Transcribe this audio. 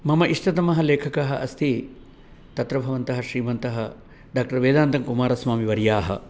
मम इष्टतमः लेखकः अस्ति तत्र भवन्तः श्रीमन्तः डा वेदान्तकुमारस्वामीवर्याः